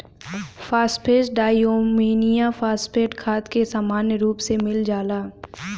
phosphate diammonium phosphate खाद में सामान्य रूप से मिल जाला